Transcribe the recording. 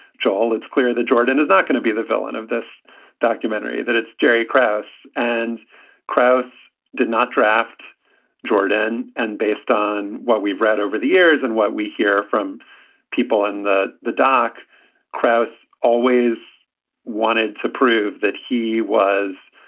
joel, it's clear that jordan is not going to be the villain of this documentary, that it's jerry krass and krauss did not draft jordan. and based on what we've read over the years and what we hear from people in the the dock, krauss always wanted to prove that he was,